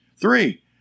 Three